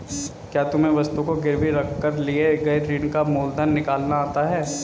क्या तुम्हें वस्तु को गिरवी रख कर लिए गए ऋण का मूलधन निकालना आता है?